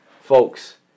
folks